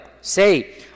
Say